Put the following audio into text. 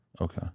Okay